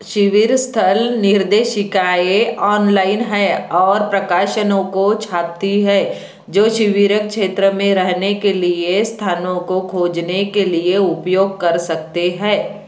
शिविर स्थल निर्देशिकाऐं ऑनलाइन हैं और प्रकाशनों को छापती हैं जो शिविरक क्षेत्र में रहने के लिए स्थानों को खोजने के लिए उपयोग कर सकते हैं